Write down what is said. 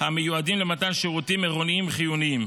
המיועדים למתן שירותים עירוניים חיוניים,